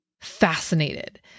fascinated